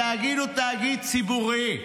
התאגיד הוא תאגיד ציבורי,